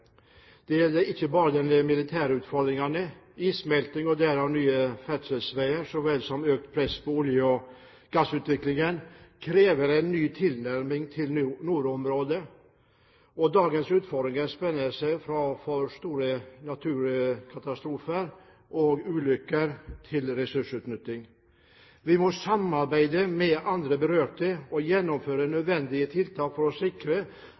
Det gjelder ikke bare militære utfordringer – issmelting og derav nye ferdselsveier så vel som økt press på olje- og gassutvinningen, krever en ny tilnærming til nordområdene. Dagens utfordringer spenner fra fare for store naturkatastrofer og ulykker til ressursutnytting. Vi må samarbeide med andre berørte og gjennomføre nødvendige tiltak for å sikre